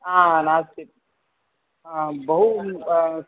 नास्ति बहु